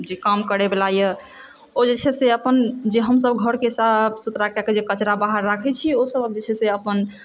जे काम करैवला यऽ ओ जे छै से अपन जे हमसब घरकेँ साफ सुथड़ा कए कऽ जे घरके कचड़ा बाहर राखै छी ओ सब आब जे छै से अपन